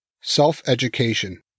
Self-education